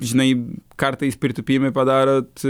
žinai kartais pritūpimai padarot